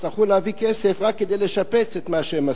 יצטרכו להביא כסף רק כדי לשפץ את מה שהם עשו.